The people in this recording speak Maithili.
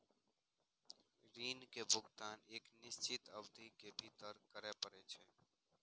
ऋण के भुगतान एक निश्चित अवधि के भीतर करय पड़ै छै